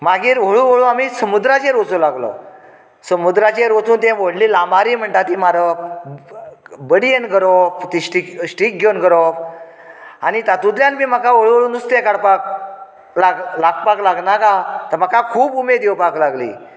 मागीर हळू हळू आमी समुद्राचेर वचूंक लागलो सुमुद्राचेर वचून तें व्हडलीं लांबारी म्हणटा ती मारप बडयेन गरोवप ती स्टि स्टिक घेवन गरोवप आनी तातूंतल्यान तें म्हाका हळू हळू नुस्तें काडपाक लाग लागपाक लागनाका हें म्हाका खूब उमेद येवपाक लागली